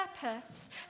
purpose